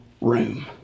room